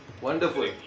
Wonderful